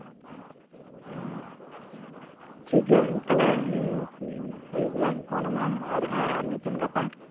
ᱦᱮᱸ ᱴᱷᱤᱠᱜᱮᱭᱟ ᱛᱟᱞᱦᱮ ᱤᱧ ᱟᱹᱭᱩᱯ ᱵᱮᱞᱟᱧ ᱯᱷᱳᱱᱟᱢᱟ ᱦᱟᱸᱜ ᱟᱨ ᱢᱤᱫᱴᱮᱱ ᱠᱟᱛᱷᱟ